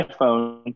iPhone